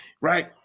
right